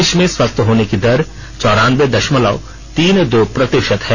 देश में स्वस्थ होने की दर चौरानबे दशमलव तीन दो प्रतिशत है